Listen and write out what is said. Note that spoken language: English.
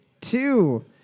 two